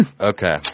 Okay